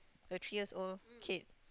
a three years old kid